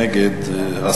הולך וגדל בין